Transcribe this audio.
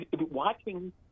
watching